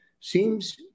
seems